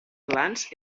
glans